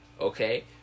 Okay